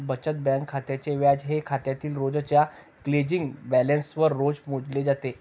बचत बँक खात्याचे व्याज हे खात्यातील रोजच्या क्लोजिंग बॅलन्सवर रोज मोजले जाते